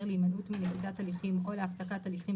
להימנעות מנקיטת הליכים או להפסקת הליכים,